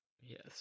Yes